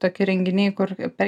toki renginiai kur per